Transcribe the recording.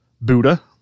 Buddha